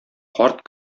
карт